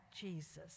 Jesus